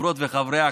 חברות וחברי הכנסת,